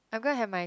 I'm going have my